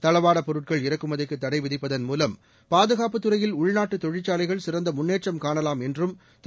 தளவாடப் பொருட்கள் இறக்குமதிக்கு தடை விதிப்பதன் மூலம் பாதுகாப்பு துறையில் உள்நாட்டு தொழிற்சாலைகள் சிறந்த முன்னேற்றம் காணலாம் என்றும் திரு